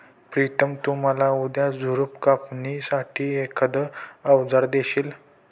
प्रितम तु मला उद्या झुडप कापणी साठी एखाद अवजार देशील?